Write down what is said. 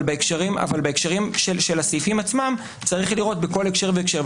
אבל בהקשרים של הסעיפים עצמם צריך לראות בכל הקשר והקשר.